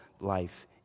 life